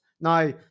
Now